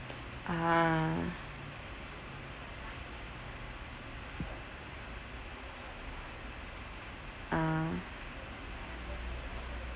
ah ah